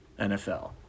NFL